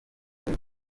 kuri